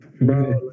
Bro